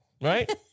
Right